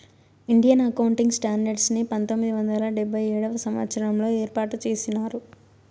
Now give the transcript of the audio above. Indian accounting standards ని పంతొమ్మిది వందల డెబ్భై ఏడవ సంవచ్చరంలో ఏర్పాటు చేసినారు